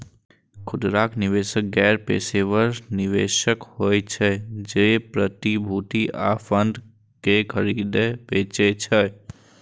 खुदरा निवेशक गैर पेशेवर निवेशक होइ छै, जे प्रतिभूति आ फंड कें खरीदै बेचै छै